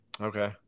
Okay